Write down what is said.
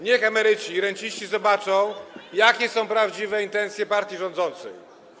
Niech emeryci i renciści zobaczą, jakie są prawdziwe intencje partii rządzącej.